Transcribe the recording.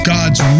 God's